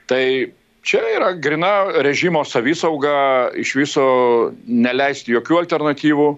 tai čia yra gryna režimo savisauga iš viso neleisti jokių alternatyvų